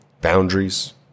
boundaries